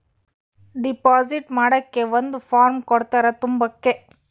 deposit ಮಾಡಕ್ಕೆ ಒಂದ್ form ಕೊಡ್ತಾರ ತುಂಬಕ್ಕೆ